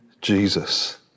Jesus